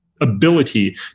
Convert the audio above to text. Ability